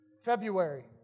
February